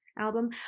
album